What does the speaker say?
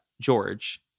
George